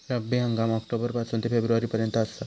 रब्बी हंगाम ऑक्टोबर पासून ते फेब्रुवारी पर्यंत आसात